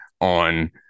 on